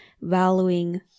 valuing